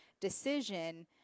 decision